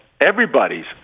everybody's